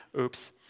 Oops